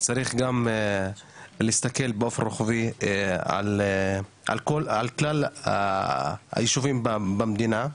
צריך גם להסתכל באופן רוחבי על כלל היישובים במדינה,